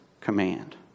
command